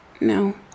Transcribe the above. No